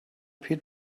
pit